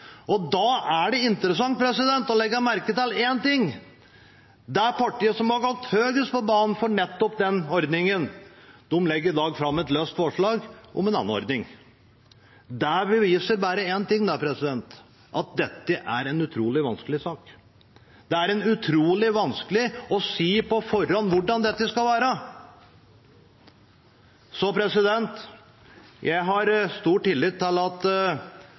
ekspropriasjonsprinsippet. Da er det interessant å legge merke til én ting: Det partiet som har gått høyest på banen for nettopp den ordningen, legger i dag fram et løst forslag om en annen ordning. Det beviser bare en ting, at dette er en utrolig vanskelig sak. Det er en utrolig vanskelig å si på forhånd hvordan dette skal være. Jeg har stor tillit til at